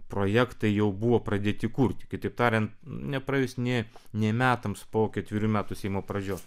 projektai jau buvo pradėti kurti kitaip tariant nepraėjus nė nė metams po ketverių metų seimo pradžios